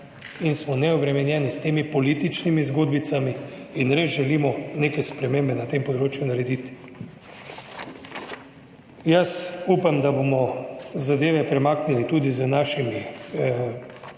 in smo neobremenjeni s temi političnimi zgodbicami in res želimo neke spremembe na tem področju narediti. Jaz upam, da bomo zadeve premaknili tudi z našimi